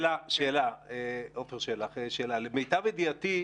למיטב ידיעתי,